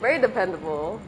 very dependable